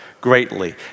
greatly